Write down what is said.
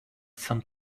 some